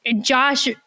Josh